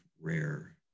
rare